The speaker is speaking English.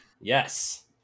Yes